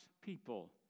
people